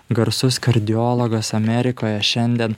garsus kardiologas amerikoje šiandien